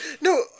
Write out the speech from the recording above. no